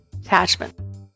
attachment